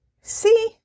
see